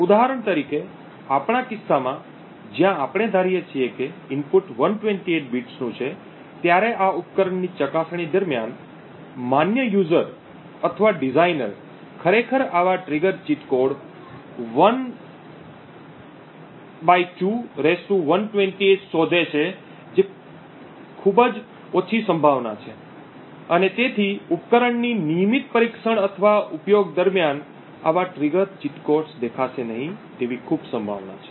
ઉદાહરણ તરીકે આપણા કિસ્સામાં જ્યાં આપણે ધારીએ છીએ કે ઇનપુટ 128 બિટ્સનું છે ત્યારે આ ઉપકરણની ચકાસણી દરમિયાન માન્ય વપરાશકર્તા અથવા ડિઝાઇનર ખરેખર આવા ટ્રિગર ચીટ કોડ ½ 128 શોધે છે જે ખૂબ જ ઓછી સંભાવના છે અને તેથી ઉપકરણની નિયમિત પરીક્ષણ અથવા ઉપયોગ દરમિયાન આવા ટ્રિગર ચીટ કોડ્સ દેખાશે નહીં તેવી ખૂબ સંભાવના છે